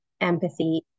empathy